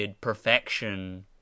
perfection